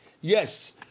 Yes